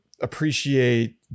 appreciate